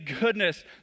goodness